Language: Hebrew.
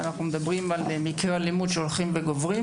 אנחנו מדברים על מקרי אלימות שהולכים וגוברים,